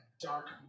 dark